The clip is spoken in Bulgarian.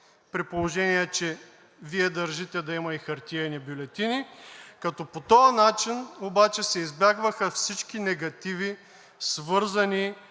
при положение че Вие държите да има и хартиени бюлетини, като по този начин обаче се избягваха всички негативи, свързани